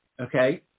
Okay